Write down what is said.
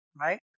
right